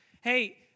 Hey